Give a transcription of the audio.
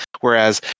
Whereas